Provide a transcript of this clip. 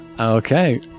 Okay